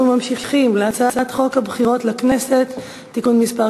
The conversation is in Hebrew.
אנחנו ממשיכים להצעת חוק הבחירות לכנסת (תיקון מס'